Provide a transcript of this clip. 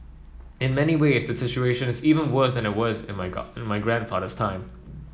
in many ways the situation is even worse than it was in my in my grandfather's time